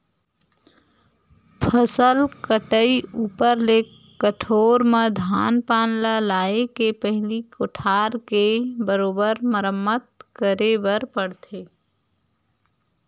फसल कटई ऊपर ले कठोर म धान पान ल लाए के पहिली कोठार के बरोबर मरम्मत करे बर पड़थे